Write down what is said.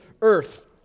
earth